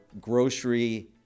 Grocery